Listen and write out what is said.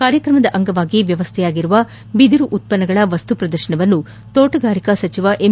ಕಾರ್ಯಕ್ರಮದ ಅಂಗವಾಗಿ ವ್ಯವಸ್ಥೆಯಾಗಿರುವ ಬಿದಿರು ಉತ್ಪನ್ನಗಳ ವಸ್ತು ಪ್ರದರ್ಶನವನ್ನು ತೋಟಗಾರಿಕಾ ಸಚಿವ ಎಂ